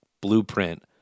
blueprint